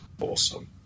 awesome